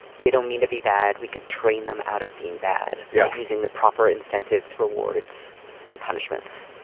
they don't mean to be bad. we could train them out of being bad. yeah. using the proper incentives rewards and punishments.